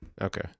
Okay